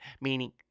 meaning